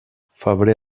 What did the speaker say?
febrer